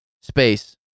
space